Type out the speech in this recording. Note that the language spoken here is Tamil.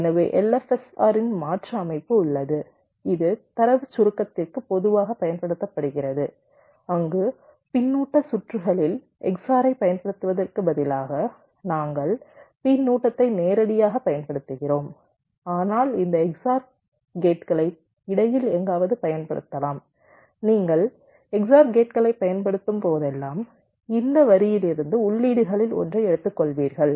எனவே LFSR ன் மாற்று அமைப்பு உள்ளது இது தரவுச் சுருக்கத்திற்கு பொதுவாகப் பயன்படுத்தப்படுகிறது அங்கு பின்னூட்ட சுற்றுகளில் XOR ஐப் பயன்படுத்துவதற்குப் பதிலாக நாங்கள் பின்னூட்டத்தை நேரடியாகப் பயன்படுத்துகிறோம் ஆனால் இந்த XOR gateகளை இடையில் எங்காவது பயன்படுத்தலாம் நீங்கள் XOR gateகலைப் பயன்படுத்தும் போதெல்லாம் இந்த வரியிலிருந்து உள்ளீடுகளில் ஒன்றை எடுத்துக்கொள்வீர்கள்